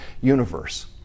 universe